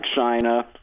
China